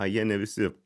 jie ne visi